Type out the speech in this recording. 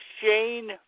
Shane